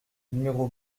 numéro